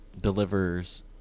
delivers